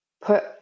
put